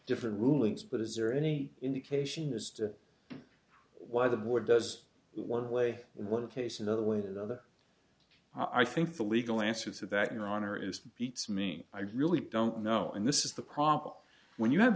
different rulings but is there any indication as to why the board does one way want to face another way to the other i think the legal answer to that your honor is beats me i really don't know and this is the problem when you have